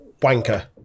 Wanker